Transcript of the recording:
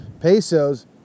pesos